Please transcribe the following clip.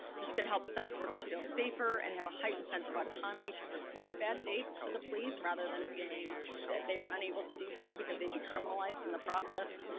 this could help sex workers feel safer and have a heightened sense of autonomy to report bad dates to the police rather than feeling that they are unable to do so because they'd be criminalized in the process.